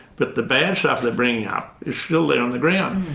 but the bad stuff they're bringing up is still there on the ground.